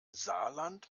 saarland